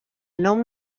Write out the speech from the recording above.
nou